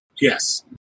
Yes